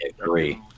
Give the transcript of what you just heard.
agree